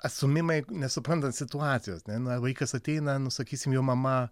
atstūmimai nesuprantant situacijos ne ne vaikas ateina nu sakysim jo mama